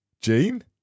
Jean